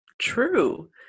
true